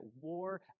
war